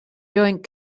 joint